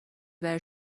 برای